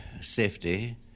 safety